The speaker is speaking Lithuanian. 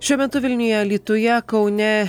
šiuo metu vilniuje alytuje kaune